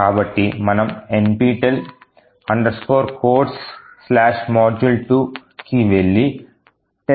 కాబట్టి మనము nptel codesmodule2 కి వెళ్లి testcode